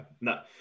No